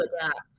adapt